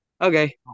Okay